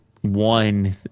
one